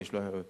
ויש אחריו מעקב.